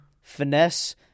Finesse